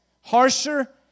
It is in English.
harsher